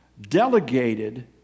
delegated